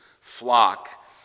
flock